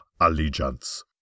allegiance